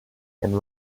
and